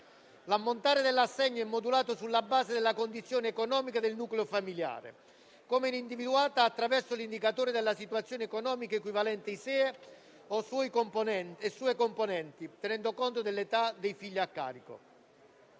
L'ammontare dell'assegno è modulato sulla base della condizione economica del nucleo familiare, come individuata attraverso l'indicatore della situazione economica equivalente (ISEE) e sue componenti, tenendo conto dell'età dei figli a carico.